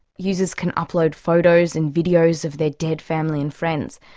users can upload photos and videos of their dead family and friends.